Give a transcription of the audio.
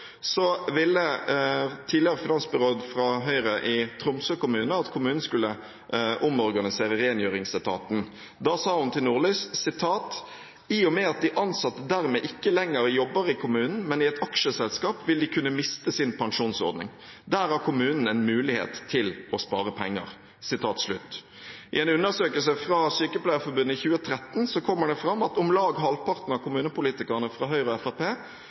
tidligere finansbyråd fra Høyre i Tromsø kommune at kommunen skulle omorganisere rengjøringsetaten. Da sa hun til Nordlys: «I og med at de ansatte dermed ikke lenger jobber i kommunen, men i et aksjeselskap, vil de kunne miste sin pensjonsordning. Der har kommunen en mulighet til å spare penger.» I en undersøkelse fra Norsk Sykepleierforbund i 2013 kommer det fram at om lag halvparten av kommunepolitikerne fra Høyre og